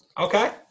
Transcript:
Okay